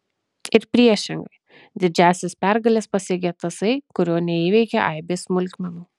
ir priešingai didžiąsias pergales pasiekia tasai kurio neįveikia aibės smulkmenų